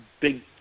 big